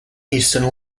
eastern